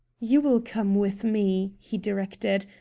you will come with me, he directed,